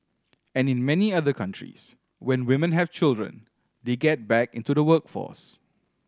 and in many other countries when women have children they get back into the workforce